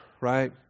right